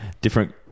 Different